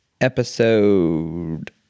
episode